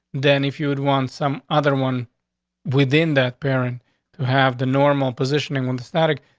then if you would want some other one within that parent to have the normal positioning when the static,